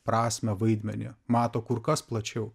prasmę vaidmenį mato kur kas plačiau